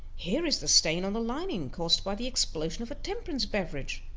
here is the stain on the lining caused by the explosion of a temperance beverage,